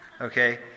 Okay